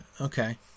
okay